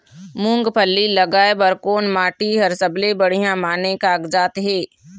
मूंगफली लगाय बर कोन माटी हर सबले बढ़िया माने कागजात हे?